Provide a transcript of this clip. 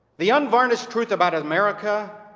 the unvarnished truth about america